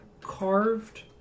carved